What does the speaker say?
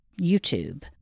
YouTube